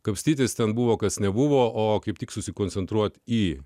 kapstytis ten buvo kas nebuvo o kaip tik susikoncentruoti į